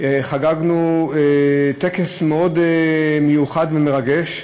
חגגנו היום, בטקס מאוד מיוחד ומרגש,